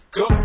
go